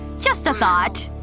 just a thought,